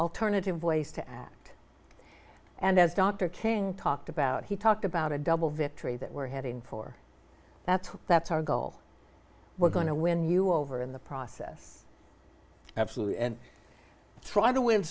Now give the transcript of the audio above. alternative ways to act and as dr king talked about he talked about a double victory that we're heading for that that's our goal we're going to win you over in the process absolutely try to win